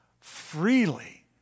freely